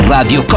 Radio